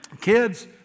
kids